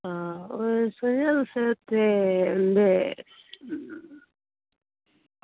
ओह् त